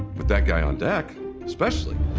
with that guy on deck especially.